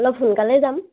অলপ সোনকালে যাম